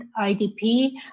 IDP